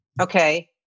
okay